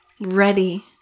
ready